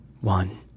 One